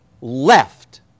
left